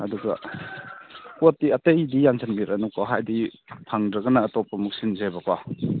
ꯑꯗꯨꯒ ꯄꯣꯠꯇꯤ ꯑꯇꯩꯗꯤ ꯌꯥꯟꯁꯟꯕꯤꯔꯅꯨꯀꯣ ꯍꯥꯏꯕꯗꯤ ꯐꯪꯗ꯭ꯔꯒꯅ ꯑꯇꯣꯞꯄ ꯑꯃꯨꯛ ꯁꯤꯟꯁꯦꯕꯀꯣ